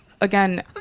again